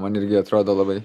man irgi atrodo labai